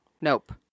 nope